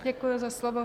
Děkuji za slovo.